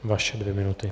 Vaše dvě minuty.